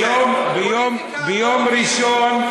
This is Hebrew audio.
ביום ראשון,